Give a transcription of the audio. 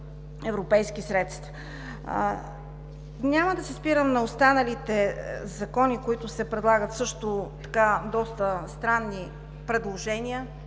европейски средства. Няма да се спирам на останалите закони, в които се предлагат също така доста странни предложения